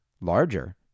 larger